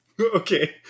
Okay